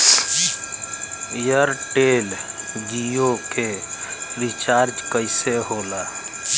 Airtel Jio के recharge कैसे होला?